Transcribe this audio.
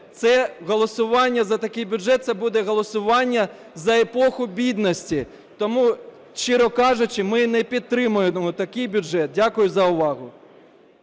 це голосування за такий бюджет, це буде голосування за епоху бідності. Тому, щиро кажучи, ми не підтримуємо такий бюджет. Дякую за увагу.